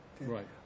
Right